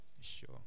Sure